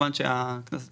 כמובן שהכנסת